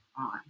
on